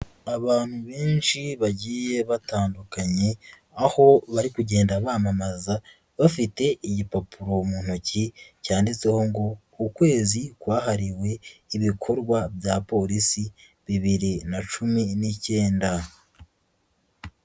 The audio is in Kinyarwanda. Abantu benshi bagiye batandukanye, aho bari kugenda bamamaza bafite igipapuro mu ntoki cyanditseho ngo ukwezi kwahariwe ibikorwa bya polisi bibiri na cumi n'ikenda.